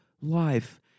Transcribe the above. life